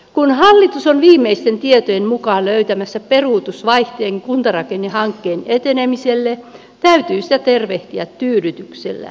kun hallitus on viimeisten tietojen mukaan löytämässä peruutusvaihteen kuntarakennehankkeen etenemiselle täytyy sitä tervehtiä tyydytyksellä